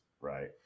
Right